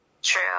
True